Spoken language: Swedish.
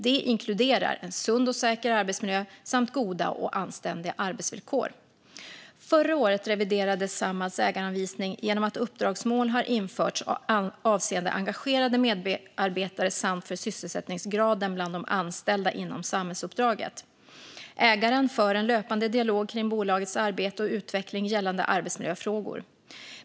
Det inkluderar en sund och säker arbetsmiljö samt goda och anständiga arbetsvillkor. Förra året reviderades Samhalls ägaranvisning genom att uppdragsmål har införts avseende engagerade medarbetare samt för sysselsättningsgraden bland de anställda inom samhällsuppdraget. Ägaren för en löpande dialog kring bolagets arbete och utveckling gällande arbetsmiljöfrågor.